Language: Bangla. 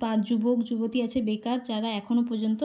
পা যুবক যুবতী আছে বেকার যারা এখনও পর্যন্ত